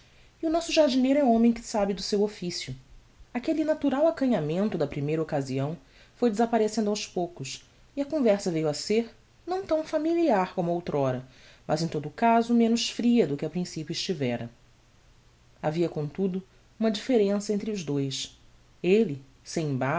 e o nosso jardineiro é homem que sabe do seu officio aquelle natural acanhamento da primeira occasião foi desapparecendo aos poucos e a conversa veiu a ser não tão familiar como outr'ora mas em todo o caso menos fria do que a principio estivera havia comtudo uma differença entre os dous elle sem